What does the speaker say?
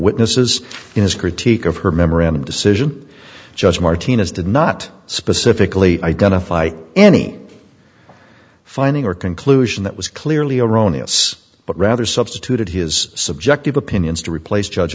witnesses in his critique of her memorandum decision judge martinez did not specifically identify any finding or conclusion that was clearly erroneous but rather substituted his subjective opinions to replace judge